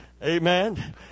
Amen